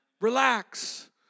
Relax